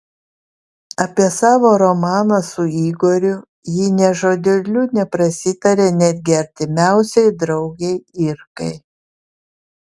apie savo romaną su igoriu ji nė žodeliu neprasitarė netgi artimiausiai draugei irkai